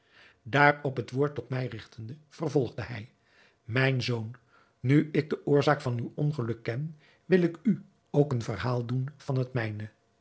daarop het woord tot mij rigtende vervolgde hij mijn zoon nu ik de oorzaak van uw ongeluk ken wil ik u ook een verhaal doen van het mijne